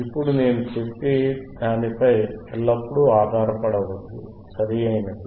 ఇప్పుడు నేను చెప్పే దానిపై ఎల్లప్పుడూ ఆధారపడవద్దు సరియైనది